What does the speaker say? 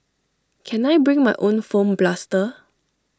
can I bring my own foam blaster